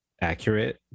accurate